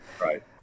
Right